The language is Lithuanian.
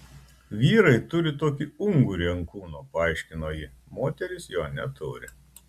vyrai turi tokį ungurį ant kūno paaiškino ji moterys jo neturi